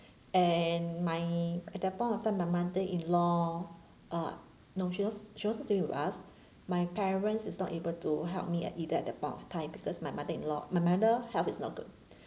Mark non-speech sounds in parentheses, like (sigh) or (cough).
and my at that point of time my mother in law uh no she was she wan't staying with us my parent is not able to help me at either at the point of time because my mother in law my mother health is not good (breath)